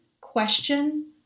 question